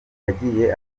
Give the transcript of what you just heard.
yagiye